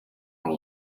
ari